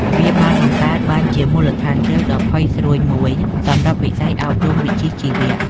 វាបានបង្កើតបានជាមូលដ្ឋានគ្រឹះដ៏ផុយស្រួយមួយសម្រាប់វិស័យអប់រំវិជ្ជាជីវៈ។